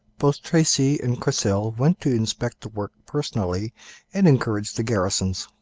both tracy and courcelle went to inspect the work personally and encourage the garrisons.